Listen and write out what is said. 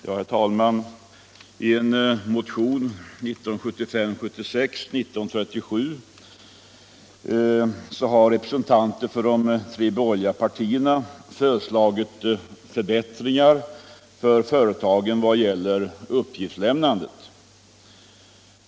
Herr talman! I motionen 1975/76:1937 har representanter för de tre borgerliga partierna föreslagit förbättringar för företagen vad gäller uppgiftslämnandet.